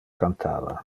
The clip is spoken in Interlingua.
cantava